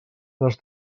les